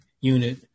unit